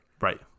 right